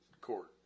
court